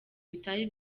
bitari